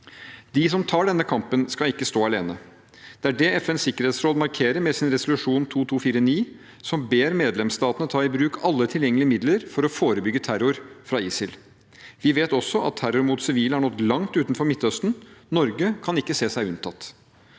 De som tar denne kampen, skal ikke stå alene. Det er det FNs sikkerhetsråd markerer med sin resolusjon 2249, som ber medlemsstatene ta i bruk alle tilgjengelige midler for å forebygge terror fra ISIL. Vi vet også at terror mot sivile har nådd langt utenfor Midtøsten – Norge kan ikke se seg unntatt.